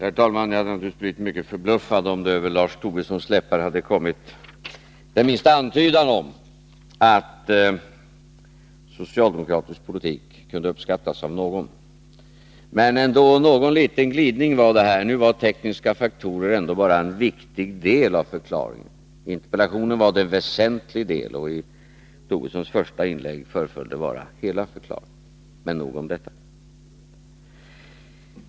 Herr talman! Jag hade naturligtvis blivit mycket förbluffad om det över Lars Tobissons läppar hade kommit den minsta antydan om att socialdemokratisk politik kunde uppskattas av någon. Men någon liten glidning fanns det ändå. Nu var ju tekniska faktorer bara en viktig del av förklaringen — i interpellationen var det den väsentliga delen. I herr Tobissons första inlägg föreföll det som om det skulle vara hela förklaringen. Men nog om det.